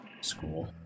school